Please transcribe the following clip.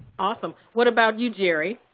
awesome. what about you, jerry?